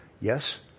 Yes